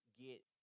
get